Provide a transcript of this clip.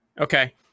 Okay